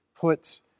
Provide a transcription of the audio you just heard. put